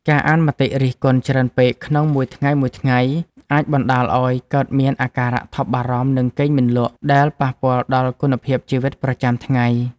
ការអានមតិរិះគន់ច្រើនពេកក្នុងមួយថ្ងៃៗ អាចបណ្ដាលឱ្យកើតមានអាការៈថប់បារម្ភ និងគេងមិនលក់ ដែលប៉ះពាល់ដល់គុណភាពជីវិតប្រចាំថ្ងៃ។